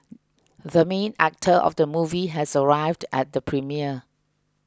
the main actor of the movie has arrived at the premiere